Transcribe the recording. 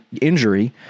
injury